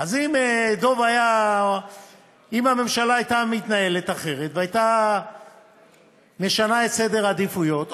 אז אם הממשלה הייתה מתנהלת אחרת והייתה משנה את סדר העדיפויות,